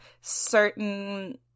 certain